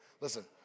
listen